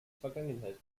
vergangenheit